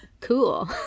cool